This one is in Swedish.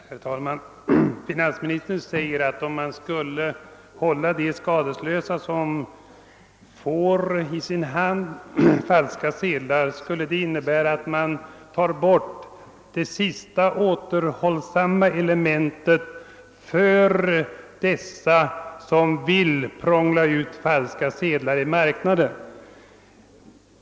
Herr talman! Finansministern säger att om de som i sin hand får falska sedlar skall hållas skadeslösa, innebär det att man tar bort det sista återhållsamma elementet för dem som vill prångla ut falska sedlar i marknaden.